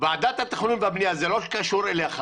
ועדת התכנון והבנייה זה לא קשור אליך